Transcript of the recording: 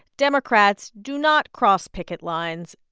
democrats do not cross picket lines.